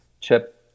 chip